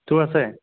তোৰ আছে